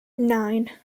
nine